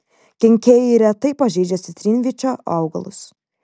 kenkėjai retai pažeidžia citrinvyčio augalus